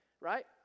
Right